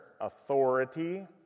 authority